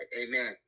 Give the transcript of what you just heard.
Amen